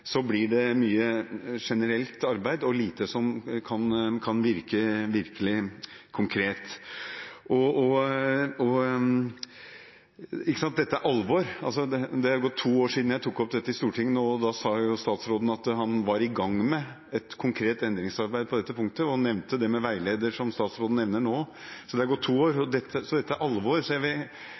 blir det mye generelt arbeid og lite som kan virke helt konkret. Dette er alvor. Nå har det gått to år siden jeg tok opp dette i Stortinget. Da sa statsråden at han var i gang med et konkret endringsarbeid på dette punktet og nevnte en veileder, noe som statsråden nevner nå. Det har gått to år, og dette er alvor.